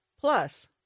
Plus